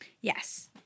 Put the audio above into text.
Yes